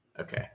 okay